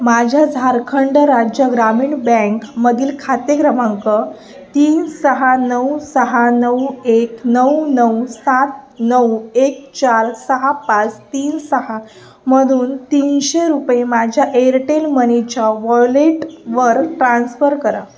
माझ्या झारखंड राज्य ग्रामीण बँक मधील खाते क्रमांक तीन सहा नऊ सहा नऊ एक नऊ नऊ सात नऊ एक चार सहा पाच तीन सहा मधून तीनशे रुपये माझ्या एअरटेल मनीच्या वॉलेट वर ट्रान्स्फर करा